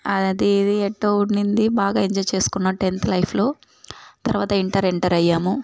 అది ఇది ఎట్టో ఉండింది బాగా ఎంజాయ్ చేసుకున్న టెన్త్ లైఫ్లో తర్వాత ఇంటర్ ఎంటర్ అయ్యాము